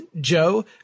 Joe